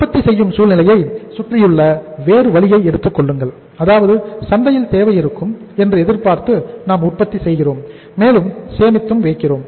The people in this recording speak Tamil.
உற்பத்தி செய்யும் சூழ்நிலையை சுற்றியுள்ள வேறு வழியை எடுத்துக் கொள்ளுங்கள் அதாவது சந்தையில் தேவை இருக்கும் என்று எதிர்பார்த்து நாம் உற்பத்தி செய்கிறோம் மேலும் சேமித்து வைக்கிறோம்